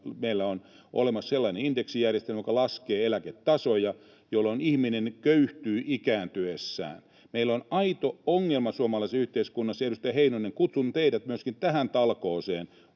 meillä on olemassa sellainen indeksijärjestelmä, joka laskee eläketasoja, jolloin ihminen köyhtyy ikääntyessään. Meillä on aito ongelma suomalaisessa yhteiskunnassa, ja edustaja Heinonen, kutsun teidät myöskin näihin talkoisiin.